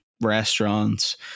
restaurants